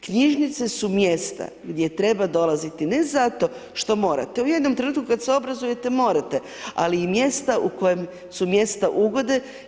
Knjižnice su mjesta gdje treba dolaziti, ne zato što morate, u jednom trenutku kad se obrazujete, morate, ali i mjesta u kojem su mjesta ugode.